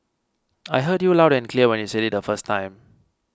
I heard you loud and clear when you said it the first time